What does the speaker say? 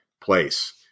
place